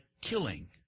killing